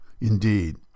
indeed